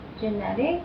genetic